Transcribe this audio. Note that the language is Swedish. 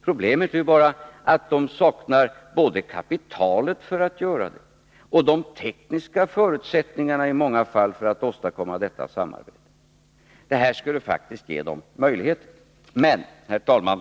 Problemet är att dessa företag saknar både det erforderliga kapitalet och — i många fall — de tekniska förutsättningarna för att åstadkomma ett sådant samarbete. Det aktuella förslaget skulle faktiskt ge dem sådana möjligheter. Herr talman!